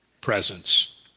presence